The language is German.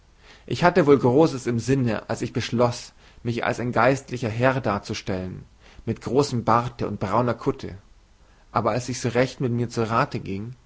ich hatte wohl großes im sinne als ich beschloß mich als ein geistlicher herr darzustellen mit großem barte und brauner kutte aber als ich so recht mit mir zu rate ging